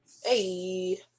hey